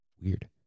Weird